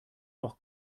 noch